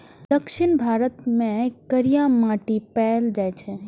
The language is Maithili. दक्षिण भारत मे करिया माटि पाएल जाइ छै